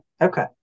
Okay